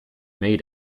may